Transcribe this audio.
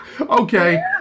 Okay